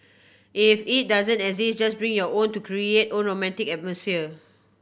if it doesn't exist just bring your own to create own romantic atmosphere